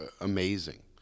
amazing